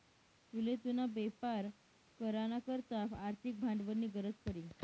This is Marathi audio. तुले तुना बेपार करा ना करता आर्थिक भांडवलनी गरज पडी